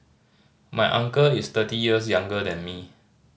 my uncle is thirty years younger than me